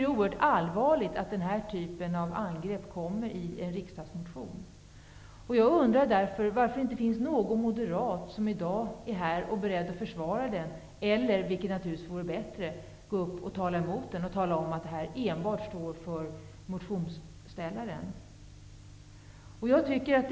Det är oerhört allvarligt att den typen av angrepp kommer fram i en riksdagsmotion. Varför finns det inte någon moderat här i dag som är beredd att försvara den motionen eller, vilket naturligtvis vore bättre, tala mot motionen och påpeka att det enbart är motionären som står för innehållet i den?